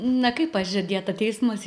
na kaip pažadėta teismas